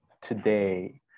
today